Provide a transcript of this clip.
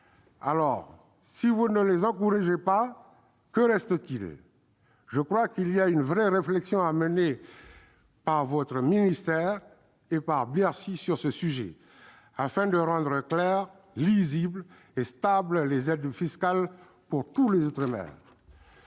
Alors, si vous ne les encouragez pas, que reste-t-il ? Il y a une vraie réflexion à mener par votre ministère et par Bercy sur ce sujet, afin de rendre claires, lisibles et stables les aides fiscales pour tous les outre-mer.